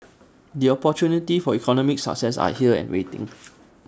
the opportunities for economic success are here and waiting